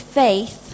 faith